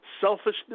selfishness